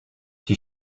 die